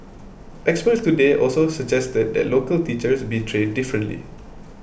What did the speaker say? experts today also suggested that local teachers be trained differently